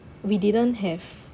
we didn't have